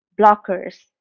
blockers